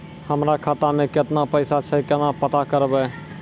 हमरा खाता मे केतना पैसा छै, केना पता करबै?